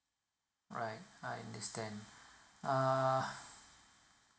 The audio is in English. right I understand uh